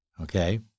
Okay